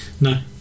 no